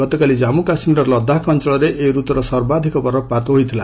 ଗତକାଲି ଜାମ୍ମୁ କାଶ୍ମୀରର ଲଦାଖ ଅଞ୍ଚଳରେ ଏହି ରତୁର ସର୍ବାଧିକ ବରଫପାତ ହୋଇଥିଲା